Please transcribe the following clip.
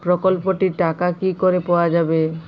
প্রকল্পটি র টাকা কি করে পাওয়া যাবে?